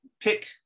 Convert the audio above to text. pick